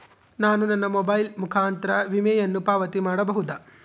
ನಾನು ನನ್ನ ಮೊಬೈಲ್ ಮುಖಾಂತರ ವಿಮೆಯನ್ನು ಪಾವತಿ ಮಾಡಬಹುದಾ?